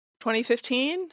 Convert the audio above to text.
2015